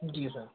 जी sir